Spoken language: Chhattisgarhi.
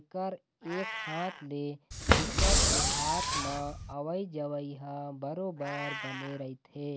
एकर एक हाथ ले दुसर के हात म अवई जवई ह बरोबर बने रहिथे